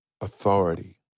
authority